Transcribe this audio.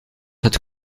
het